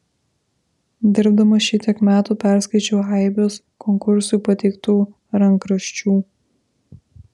dirbdamas šitiek metų perskaičiau aibes konkursui pateiktų rankraščių